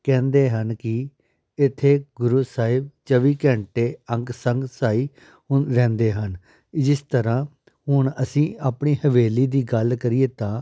ਕਹਿੰਦੇ ਹਨ ਕਿ ਇੱਥੇ ਗੁਰੂ ਸਾਹਿਬ ਚੌਵੀ ਘੰਟੇ ਅੰਗ ਸੰਗ ਸਹਾਈ ਹੁਣ ਰਹਿੰਦੇ ਹਨ ਜਿਸ ਤਰ੍ਹਾਂ ਹੁਣ ਅਸੀਂ ਆਪਣੀ ਹਵੇਲੀ ਦੀ ਗੱਲ ਕਰੀਏ ਤਾਂ